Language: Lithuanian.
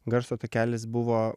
garso takelis buvo